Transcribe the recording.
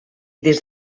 des